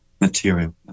material